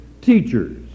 teachers